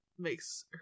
Makes